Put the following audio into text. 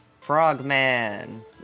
Frogman